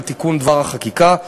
על תיקון דבר החקיקה,